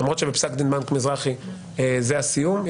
למרות שבפסק דין בנק המזרחי זה הסיום,